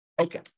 Okay